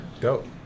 dope